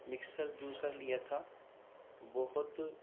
mixer juicer لیا تھا بہت